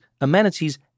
amenities